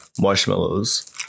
marshmallows